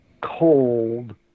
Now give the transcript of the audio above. cold